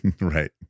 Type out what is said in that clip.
Right